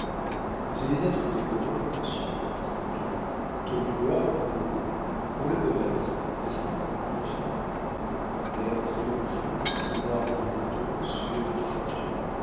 vous allez être décoré monsieur dit popinot quelle gloire pour pour le commerce n'est-ce pas mon enfant l'air triomphant de césar birotteau sûr d'une fortune